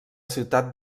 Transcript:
ciutat